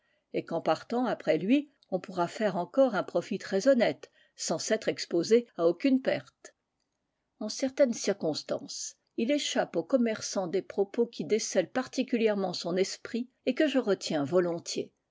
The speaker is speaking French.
et qu'en partant après lui on pourra faire encore un profit très honnête sans s'être exposé à aucune perte en certaines circonstances il échappe au commerçant des propos qui décèlent particulièrement son esprit et que je retiens volontiers